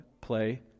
play